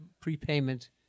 prepayment